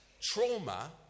trauma